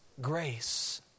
grace